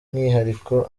by’umwihariko